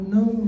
no